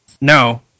no